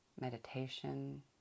meditation